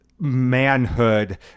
manhood